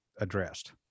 addressed